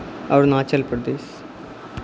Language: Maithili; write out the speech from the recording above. अरुणाचलप्रदेश